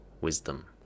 Wisdom